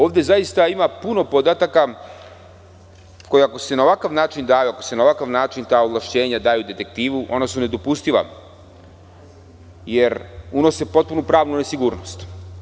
Ovde zaista ima puno podataka koji, ako se na ovakav način daju, ako se na ovakav način ta ovlašćenja daju detektivu, ona su nedopustiva, jer unose potpunu pravnu nesigurnost.